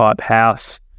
house